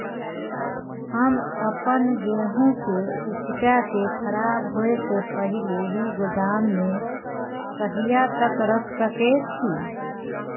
हम अपन गेहूं के उपजा के खराब होय से पहिले ही गोदाम में कहिया तक रख सके छी?